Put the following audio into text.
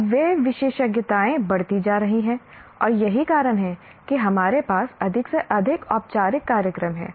अब वे विशेषज्ञताएं बढ़ती जा रही हैं और यही कारण है कि हमारे पास अधिक से अधिक औपचारिक कार्यक्रम हैं